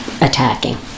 attacking